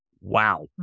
wow